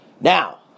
Now